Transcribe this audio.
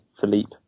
Philippe